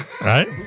right